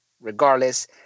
regardless